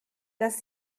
dass